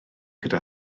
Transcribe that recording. gyda